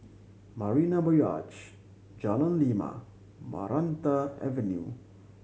Marina Jalan Lima Maranta Avenue